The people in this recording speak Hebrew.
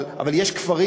אבל יש כפרים,